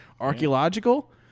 Archaeological